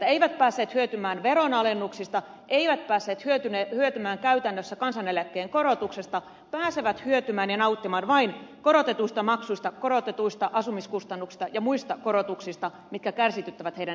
he eivät päässeet hyötymään veronalennuksista eivät päässeet hyötymään käytännössä kansaneläkkeen korotuksesta pääsevät hyötymään ja nauttimaan vain korotetuista maksuista korotetuista asumiskustannuksista ja muista korotuksista mitkä kärsityttävät heidän elämäänsä